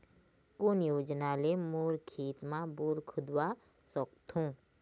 कोन योजना ले मोर खेत मा बोर खुदवा सकथों?